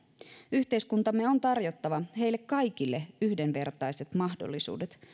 yhteiskuntamme on tarjottava heille kaikille yhdenvertaiset mahdollisuudet